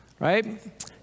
Right